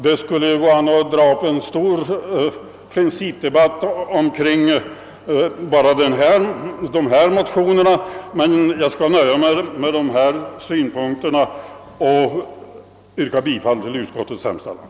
Vi skulle kunna föra en stor principdebatt enbart kring de väckta motionerna, men jag nöjer mig med att anföra dessa synpunkter och yrkar bifall till utskottets hemställan.